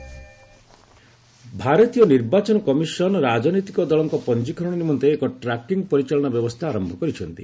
EC tracking system ଭାରତୀୟ ନିର୍ବାଚନ commission ରାଜନୈତିକ ଦଳଙ୍କ ପଞ୍ଜୀକରଣ ନିମନ୍ତେ ଏକ ଟ୍ରାକିଂ ପରିଚାଳନା ବ୍ୟବସ୍ଥା ଆରମ୍ଭ କରିଛନ୍ତି